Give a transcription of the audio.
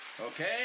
Okay